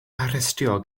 arestio